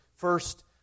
First